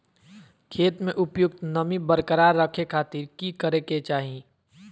खेत में उपयुक्त नमी बरकरार रखे खातिर की करे के चाही?